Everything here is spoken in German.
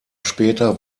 später